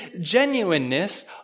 genuineness